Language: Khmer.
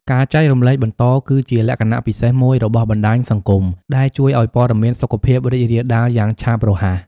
ការចែករំលែកបន្តគឺជាលក្ខណៈពិសេសមួយរបស់បណ្តាញសង្គមដែលជួយឲ្យព័ត៌មានសុខភាពរីករាលដាលយ៉ាងឆាប់រហ័ស។